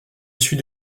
issus